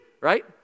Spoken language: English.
right